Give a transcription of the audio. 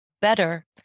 better